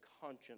conscience